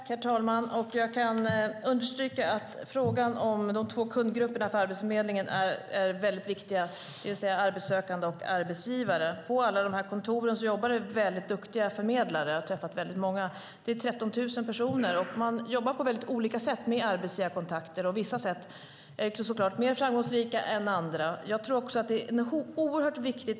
Herr talman! Jag kan understryka att frågan om de två kundgrupperna hos Arbetsförmedlingen, det vill säga arbetssökande och arbetsgivare, är väldigt viktig. På alla dessa kontor jobbar det väldigt duktiga förmedlare. Jag har träffat många. Det är 13 000 personer, och man jobbar på väldigt olika sätt med arbetsgivarkontakter. Vissa sätt är såklart mer framgångsrika än andra.